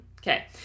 Okay